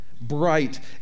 Bright